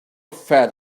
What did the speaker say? fed